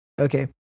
okay